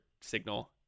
signal